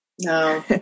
No